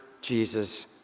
Jesus